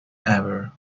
ever